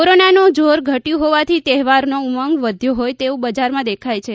કોરોનાનું જોર ઘટ્યું હોવાથી તહેવારનો ઉમંગ વધ્યો હોય તેવું બજારમાં દેખાય છે